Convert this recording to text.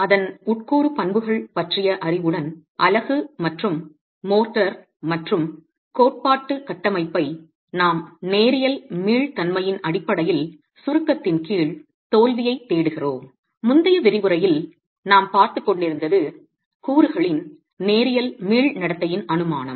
அதன் உட்கூறு பண்புகள் பற்றிய அறிவுடன் அலகு மற்றும் மோர்ட்டார் மற்றும் கோட்பாட்டு கட்டமைப்பை நாம் நேரியல் மீள்தன்மையின் அடிப்படையில் சுருக்கத்தின் கீழ் தோல்வியைத் தேடுகிறோம் முந்தைய விரிவுரையில் நாம் பார்த்துக் கொண்டிருந்தது கூறுகளின் நேரியல் மீள் நடத்தையின் அனுமானம்